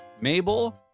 Mabel